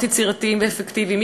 לפתרונות יצירתיים ואפקטיביים.